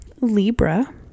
Libra